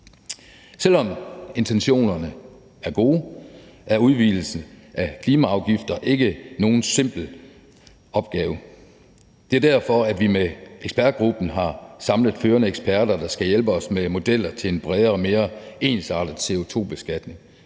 Selv om intentionerne er gode, er en udvidelse af klimaafgifter ikke nogen simpel opgave. Det er derfor, at vi med ekspertgruppen har samlet førende eksperter, der skal hjælpe os med modeller til en bredere og mere ensartet CO2-beskatning.